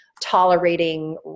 tolerating